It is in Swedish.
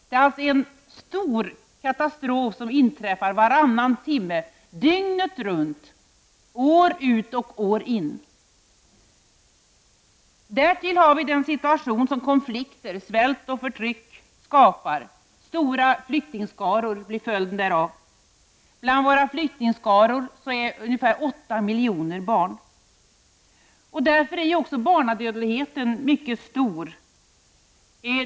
Det är alltså stora katastrofer som inträffar varje timme, dygnet runt, år ut och år in. Därtill har vi den situation som konflikter, svält och förtryck skapar. Stora flyktingskaror blir följden därav. I flyktingskarorna är ungefär 8 miljoner barn. Därför är barnadödligheten mycket stor.